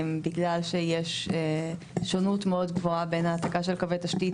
בגלל שיש שונות מאוד גדולה בין העתקה של קווי תשתית,